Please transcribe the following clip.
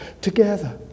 together